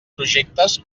projectes